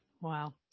Wow